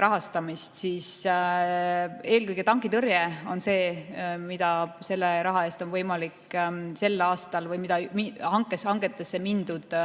rahastamist, siis eelkõige tankitõrje on see, mida selle raha eest on võimalik sel aastal hankida, mida hangeteni jõudnud